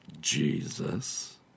Jesus